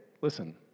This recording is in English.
listen